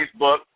Facebook